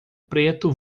preto